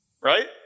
Right